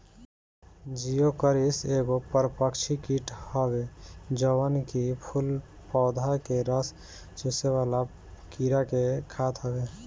Geocoris एगो परभक्षी कीट हवे जवन की फूल पौधा के रस चुसेवाला कीड़ा के खात हवे